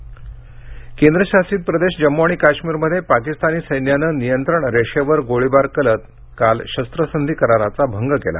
काश्मीर गोळीबार केंद्रशासित प्रदेश जम्मू आणि काश्मीरमध्ये पाकिस्तानी सैन्यानं नियंत्रण रेषेवर गोळीबार करत काल शस्त्रसंधी कराराचा भंग केला